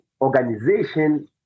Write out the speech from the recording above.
organization